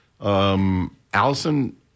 Allison